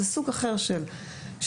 זהו סוג אחר של קשר.